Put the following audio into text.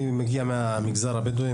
אני מגיע מהמגזר הבדואי,